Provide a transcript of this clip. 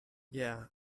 yeah